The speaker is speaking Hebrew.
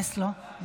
תאפסי לו את